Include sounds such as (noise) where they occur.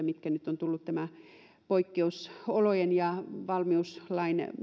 (unintelligible) mitkä nyt ovat tulleet näiden poikkeusolojen ja valmiuslain